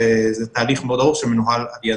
זה תהליך מאוד ארוך שמנוהל כרגע.